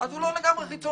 אז הוא לא לגמרי חיצוני.